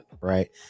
right